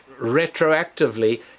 retroactively